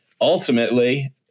ultimately